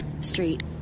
Street